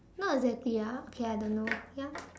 not exactly ah okay I don't know ya